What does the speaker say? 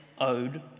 owed